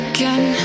Again